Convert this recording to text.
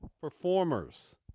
performers